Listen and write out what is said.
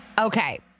Okay